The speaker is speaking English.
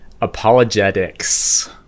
Apologetics